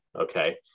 Okay